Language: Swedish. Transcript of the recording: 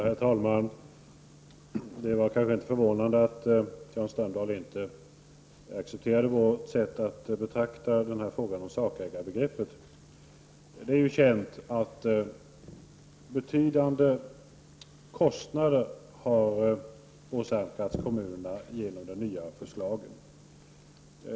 Herr talman! Det var kanske inte förvånande att Jan Strömdahl inte accepterade vårt sätt att betrakta frågan om sakägarbegreppet. Det är känt att betydande kostnader har åsamkats kommunerna genom de regler som har införts.